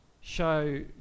show